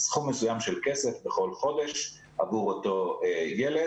סכום מסוים של כסף בכל חודש עבור אותו ילד.